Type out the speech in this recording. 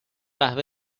قهوه